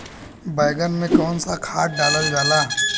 बैंगन में कवन सा खाद डालल जाला?